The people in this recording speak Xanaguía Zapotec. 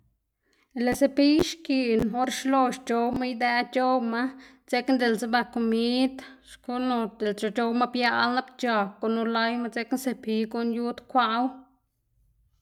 lëꞌ sepiy xkiꞌn or xlox c̲h̲owma idëꞌ c̲h̲owma dzekna diꞌltse ba komid xkuꞌn o c̲h̲owma biaꞌl nap c̲h̲ag gunu layma dzekna sepiy guꞌnn yud kwaꞌwu.